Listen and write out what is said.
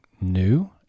new